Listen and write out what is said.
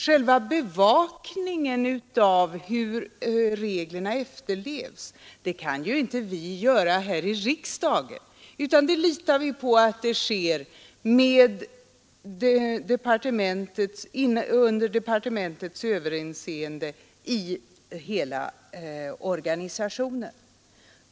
Själva bevakningen av hur reglerna efterlevs kan vi ju inte göra här i riksdagen, utan vi litar på att den sker under departementets överinseende i hela organisationen.